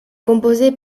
composé